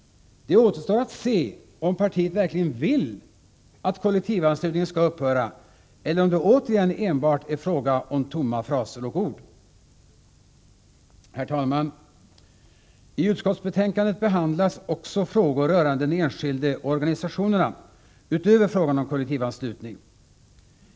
Det återstår att se, om partiet verkligen vill att kollektivanslutningen skall upphöra eller om det återigen enbart är fråga om tomma fraser och ord. Herr talman! I utskottsbetänkandet behandlas också frågor rörande den enskilde och organisationerna utöver frågan om kollektivanslutning.